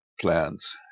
plans